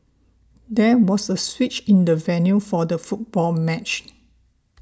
there was a switch in the venue for the football match